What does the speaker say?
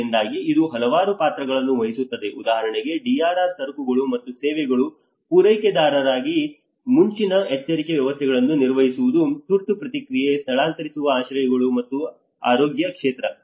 ಆದ್ದರಿಂದ ಇದು ಹಲವಾರು ಪಾತ್ರಗಳನ್ನು ವಹಿಸುತ್ತದೆ ಉದಾಹರಣೆಗೆ DRR ಸರಕುಗಳು ಮತ್ತು ಸೇವೆಗಳ ಪೂರೈಕೆದಾರರಾಗಿ ಮುಂಚಿನ ಎಚ್ಚರಿಕೆ ವ್ಯವಸ್ಥೆಗಳನ್ನು ನಿರ್ವಹಿಸುವುದು ತುರ್ತು ಪ್ರತಿಕ್ರಿಯೆ ಸ್ಥಳಾಂತರಿಸುವ ಆಶ್ರಯಗಳು ಮತ್ತು ಆರೋಗ್ಯ ಕ್ಷೇತ್ರ